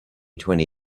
twenty